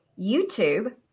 YouTube